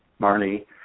Marnie